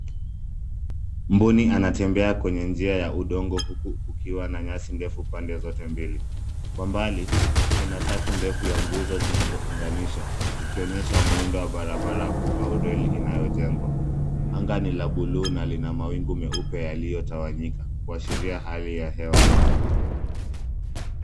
Mbuni anatembea kwenye njia ya udongo huku kukiwa na nyasi ndefu pande zote mbili. Kwa mbali, kuna safu ndefu ya nguzo zinazounganisha, zikionyesha muundo wa barabara kuu au reli inayojengwa. Anga ni la buluu na lina mawingu meupe yaliyotawanyika kuashiria hali ya hewa safi.